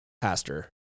pastor